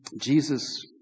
Jesus